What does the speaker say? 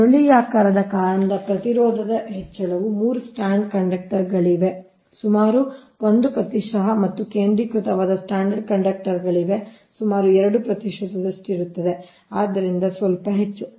ಸುರುಳಿಯಾಕಾರದ ಕಾರಣದ ಪ್ರತಿರೋಧದ ಹೆಚ್ಚಳವು ಮೂರು ಸ್ಟ್ರಾಂಡ್ ಕಂಡಕ್ಟರ್ಗಳಿಗೆ ಸುಮಾರು 1 ಪ್ರತಿಶತ ಮತ್ತು ಕೇಂದ್ರೀಕೃತವಾಗಿ ಸ್ಟ್ರಾಂಡೆಡ್ ಕಂಡಕ್ಟರ್ಗಳಿಗೆ ಸುಮಾರು 2 ಪ್ರತಿಶತದಷ್ಟಿರುತ್ತದೆ ಆದ್ದರಿಂದ ಸ್ವಲ್ಪ ಹೆಚ್ಚು